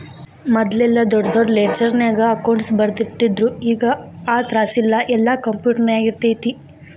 ಮದ್ಲೆಲ್ಲಾ ದೊಡ್ ದೊಡ್ ಲೆಡ್ಜರ್ನ್ಯಾಗ ಅಕೌಂಟ್ಸ್ ಬರ್ದಿಟ್ಟಿರ್ತಿದ್ರು ಈಗ್ ಆ ತ್ರಾಸಿಲ್ಲಾ ಯೆಲ್ಲಾ ಕ್ಂಪ್ಯುಟರ್ನ್ಯಾಗಿರ್ತೆತಿ